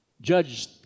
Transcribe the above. judge